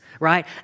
Right